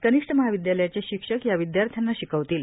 कनिष्ठ महाविदयालयाचे शिक्षक या विदयार्थ्यांना शिकवतील